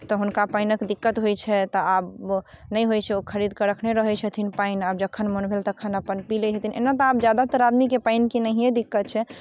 तऽ हुनका पानिक दिक्कत होइत छै तऽ आब नहि होइ छै ओ खरीद कऽ रखने रहै छथिन पानि आ जखन मोन भेल तखन अपन पी लेलखिन एना तऽ आब ज्यादातर आदमीके पानिके नहिए दिक्कत छै